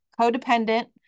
codependent